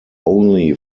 only